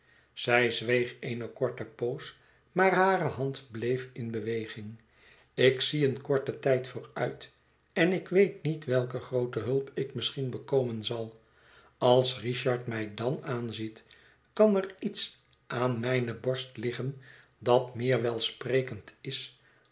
zij zweeg eene korte poos maar hare hand bleef in beweging ik zie een korten tijd vooruit én ik weet niet welke groote hulp ik misschien bekomen zal als richard mij dan aanziet kan er iets aan mijne borst liggen dat meer welsprekend is